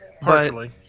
partially